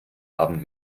abend